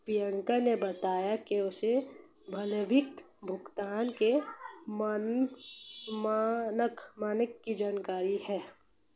प्रियंका ने बताया कि उसे विलंबित भुगतान के मानक की जानकारी है